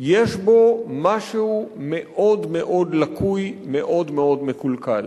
יש בו משהו מאוד מאוד לקוי, מאוד מאוד מקולקל.